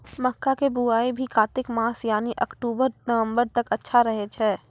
मक्का के बुआई भी कातिक मास यानी अक्टूबर नवंबर तक अच्छा रहय छै